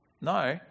No